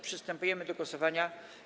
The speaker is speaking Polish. Przystępujemy do głosowania.